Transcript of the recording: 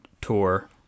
tour